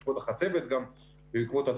בעקבות החצבת גם,